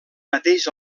mateix